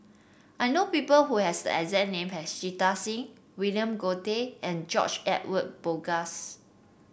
I know people who have the exact name as Jita Singh William Goode and George Edwin Bogaars